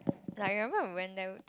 like remember we went there